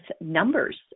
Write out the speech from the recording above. numbers